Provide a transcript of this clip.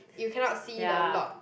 you cannot see the lot